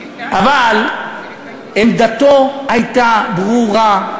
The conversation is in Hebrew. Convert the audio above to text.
אבל עמדתו הייתה ברורה.